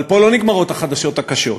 אבל פה לא נגמרות החדשות הקשות.